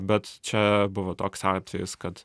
bet čia buvo toks atvejis kad